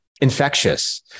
infectious